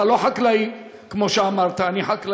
אתה לא חקלאי, כמו שאמרת, אני חקלאי.